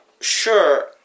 sure